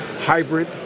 hybrid